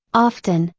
often,